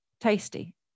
Tasty